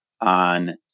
on